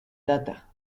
data